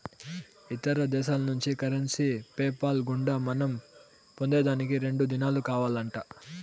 ఇతర దేశాల్నుంచి currency PayPal గుండా మనం పొందేదానికి రెండు దినాలు కావాలంట